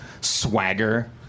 swagger